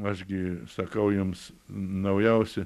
aš gi sakau jums naujausi